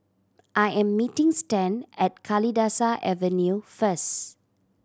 I am meeting Stan at Kalidasa Avenue first